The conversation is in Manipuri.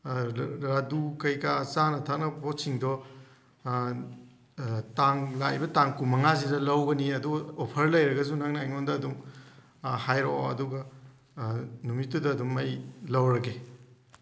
ꯂꯥꯗꯨ ꯀꯩꯀꯥ ꯆꯥꯅ ꯊꯛꯅꯕ ꯄꯣꯠꯁꯤꯡꯗꯣ ꯇꯥꯡ ꯂꯥꯛꯏꯕ ꯇꯥꯡ ꯀꯨꯟꯃꯉꯥꯁꯤꯗ ꯂꯧꯒꯅꯤ ꯑꯗꯨ ꯑꯣꯐꯔ ꯂꯩꯔꯒꯁꯨ ꯅꯪꯅ ꯑꯩꯉꯣꯟꯗ ꯑꯗꯨꯝ ꯍꯥꯏꯔꯛꯑꯣ ꯑꯗꯨꯒ ꯅꯨꯃꯤꯠꯇꯨꯗ ꯑꯗꯨꯝ ꯑꯩ ꯂꯧꯔꯒꯦ